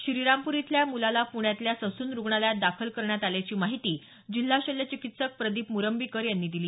श्रीरामपूर इथल्या या मुलाला पूण्यातल्या ससून रुग्णालयात दाखल करण्यात आल्याची माहिती जिल्हा शल्य चिकित्सक प्रदीप मुरंबीकर यांनी दिली